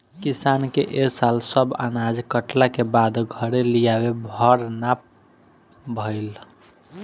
किसान के ए साल सब अनाज कटला के बाद घरे लियावे भर ना भईल